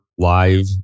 live